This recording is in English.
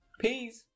Peace